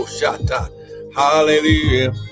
Hallelujah